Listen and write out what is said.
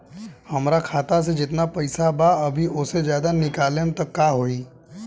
हमरा खाता मे जेतना पईसा बा अभीओसे ज्यादा निकालेम त का होई?